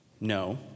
No